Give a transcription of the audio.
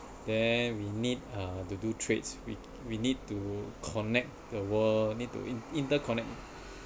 then we need uh to do trades we we need to connect the world need to in interconnect